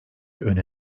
öne